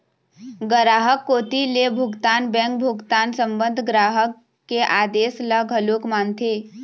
गराहक कोती ले भुगतान बेंक भुगतान संबंध ग्राहक के आदेस ल घलोक मानथे